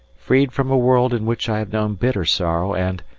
freed from a world in which i have known bitter sorrow and,